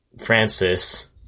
Francis